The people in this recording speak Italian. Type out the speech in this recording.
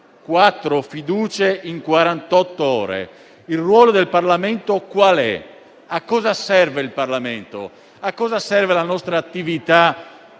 giro di quarantotto ore. Il ruolo del Parlamento qual è? A cosa serve il Parlamento? A cosa serve la nostra attività